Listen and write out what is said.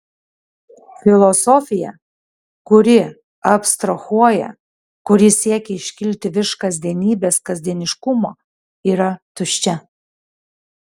filosofija kuri abstrahuoja kuri siekia iškilti virš kasdienybės kasdieniškumo yra tuščia